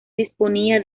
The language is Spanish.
disponía